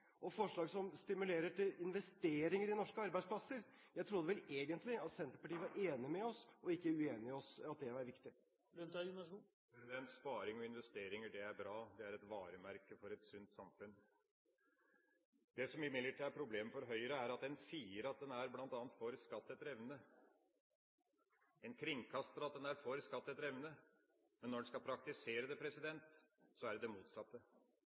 noen forslag som stimulerer til sparing og forslag som stimulerer til investering i norske arbeidsplasser. Jeg trodde egentlig at Senterpartiet var enig, og ikke uenig, med oss i at det er viktig. Sparing og investeringer er bra. Det er et varemerke for et sunt samfunn. Det som imidlertid er problemet for Høyre, er at en sier at en bl.a. er for skatt etter evne. En kringkaster at en er for skatt etter evne, men når en skal praktisere det, er det det motsatte.